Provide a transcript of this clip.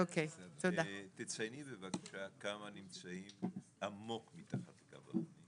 תצייני בבקשה כמה נמצאים עמוק מתחת לקו העוני.